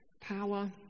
Power